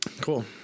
Cool